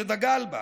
שדגל בה,